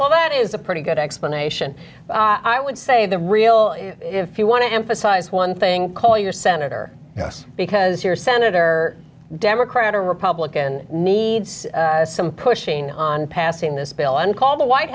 well that is a pretty good explanation i would say the real if you want to emphasize one thing call your senator yes because your senator democrat or republican needs some pushing on passing this bill and call the white